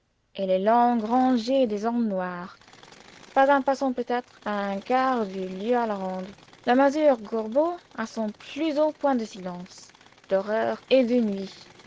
et les longues rangées des ormes noirs pas un passant peut-être à un quart de lieue à la ronde la masure gorbeau à son plus haut point de silence d'horreur et de nuit